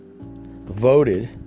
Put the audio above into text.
Voted